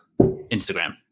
Instagram